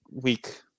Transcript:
week